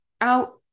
out